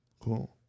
cool